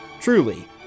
truly